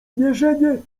mierzenie